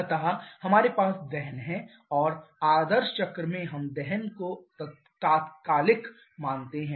अतः हमारे पास दहन है और आदर्श चक्र में हम दहन को तात्कालिक मानते हैं